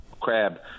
crab